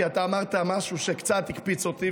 כי אתה אמרת משהו שקצת הקפיץ אותי,